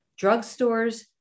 drugstores